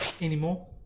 anymore